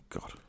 God